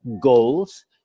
goals